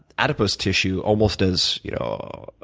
adipose tissue almost as you know